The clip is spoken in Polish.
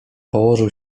położył